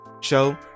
show